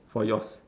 for yours